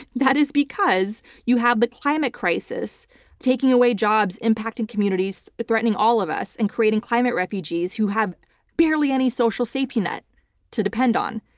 that is because you have the climate crisis taking away jobs, impacting communities, threatening all of us and creating climate refugees who have barely any social safety net to depend on.